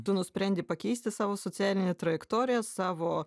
tu nusprendi pakeisti savo socialinę trajektoriją savo